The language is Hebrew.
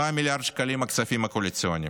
4 מיליארד שקלים כספים קואליציוניים,